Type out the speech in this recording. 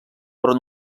però